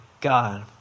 God